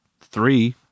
three